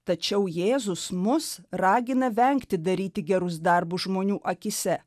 tačiau jėzus mus ragina vengti daryti gerus darbus žmonių akyse